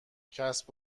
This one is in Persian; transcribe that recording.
کسب